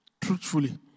Truthfully